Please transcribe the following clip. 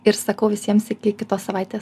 ir sakau visiems iki kitos savaitės